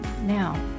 Now